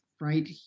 right